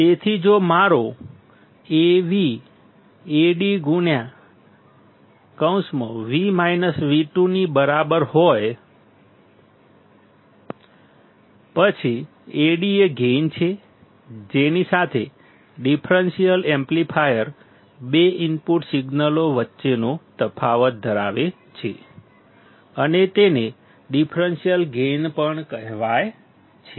તેથી જો મારો Vo Ad ની બરાબર હોય પછી Ad એ ગેઇન છે જેની સાથે ડિફરન્સીયલ એમ્પ્લીફાયર બે ઇનપુટ સિગ્નલો વચ્ચેનો તફાવત વધારે છે અને તેને ડિફરન્સીયલ ગેઇન પણ કહેવાય છે